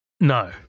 no